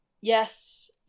Yes